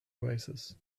oasis